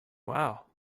wow